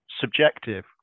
subjective